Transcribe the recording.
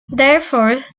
therefore